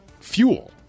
fuel